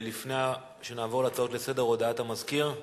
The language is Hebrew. לפני שנעבור להצעות לסדר, הודעת המזכיר.